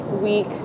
week